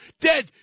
dead